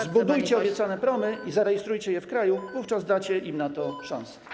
Zbudujcie obiecane promy i zarejestrujcie je w kraju, wówczas dacie im na to szansę.